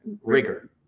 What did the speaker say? rigor